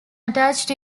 attached